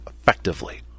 effectively